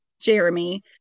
Jeremy